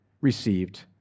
Received